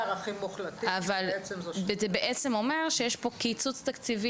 אבל זה בעצם אומר שיש פה קיצוץ תקציבי